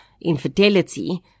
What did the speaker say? infidelity